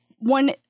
one